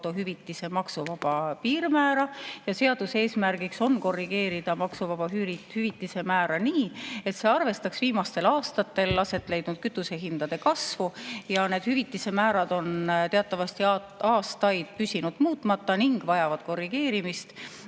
hüvitise maksuvaba piirmäära. Seaduse eesmärk on korrigeerida maksuvaba hüvitise määra nii, et see arvestaks viimastel aastatel aset leidnud kütusehindade kasvu. Need hüvitise määrad on teatavasti aastaid püsinud muutmata ja vajavad korrigeerimist,